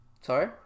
Sorry